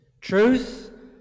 truth